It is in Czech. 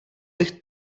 bych